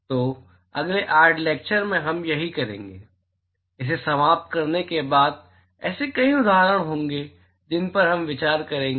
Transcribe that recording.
तो अगले 8 लैक्चर्स में हम यही करेंगे इसे समाप्त करने के बाद ऐसे कई उदाहरण होंगे जिन पर हम विचार करेंगे